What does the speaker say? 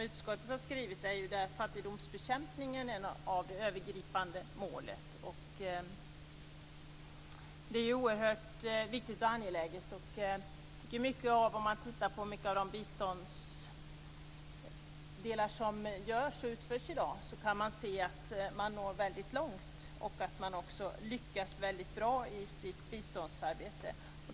Utskottet har skrivit att fattigdomsbekämpningen är det övergripande målet när det gäller biståndet. Det är oerhört viktigt och angeläget. Mycket av det biståndsarbete som utförs i dag når väldigt långt. Man har också lyckats väldigt bra i sitt biståndsarbete.